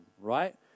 right